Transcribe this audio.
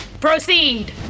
Proceed